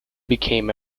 became